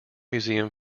museum